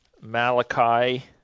Malachi